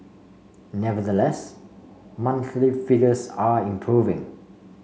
nevertheless monthly figures are improving